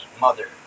Mother